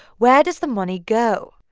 where does the money go?